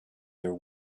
their